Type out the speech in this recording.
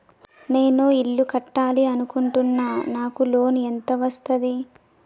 నేను ఇల్లు కట్టాలి అనుకుంటున్నా? నాకు లోన్ ఎంత వస్తది?